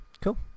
Cool